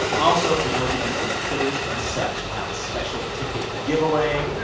also, for those of you on the twitters and such, we'll have a special ticket giveaway.